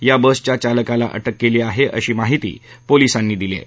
या बसच्या चालकाला अटक केली आहे अशी माहिती पोलीसांनी दिली आहे